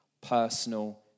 personal